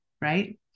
right